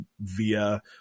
via